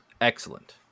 Excellent